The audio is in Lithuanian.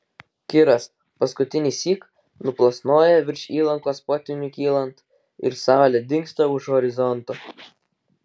kiras paskutinįsyk nuplasnoja virš įlankos potvyniui kylant ir saulė dingsta už horizonto